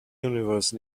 universe